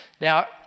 Now